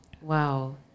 Wow